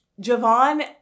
Javon